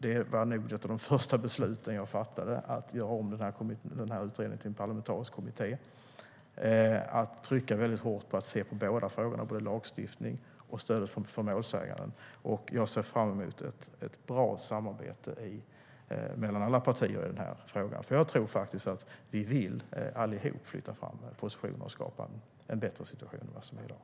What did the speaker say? Det var nog ett av de första beslut jag fattade - att göra om utredningen till en parlamentarisk kommitté och att trycka hårt på att se på båda frågorna, både lagstiftning och stödet för målsägaren. Jag ser fram emot ett bra samarbete mellan alla partier i frågan, för jag tror att vi allihop vill flytta fram positionerna och skapa en bättre situation än den vi har i dag.